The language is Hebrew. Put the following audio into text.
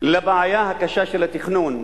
לבעיה הקשה של התכנון,